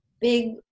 big